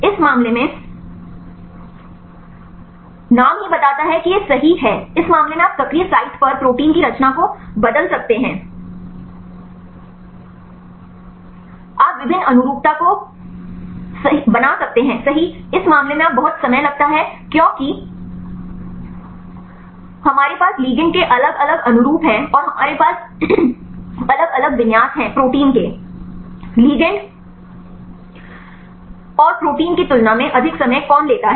इस मामले में नाम ही बताता है कि यह सही है इस मामले में आप सक्रिय साइट पर प्रोटीन की रचना को बदल सकते हैं आप विभिन्न अनुरूपता को सही बना सकते हैं इस मामले में बहुत समय लगता है क्योंकि हमारे पास लिगैंड के अलग अलग अनुरूप हैं और हमारे पास अलग अलग विन्यास हैं प्रोटीन के लिगैंड और प्रोटीन की तुलना में अधिक समय कौन लेता है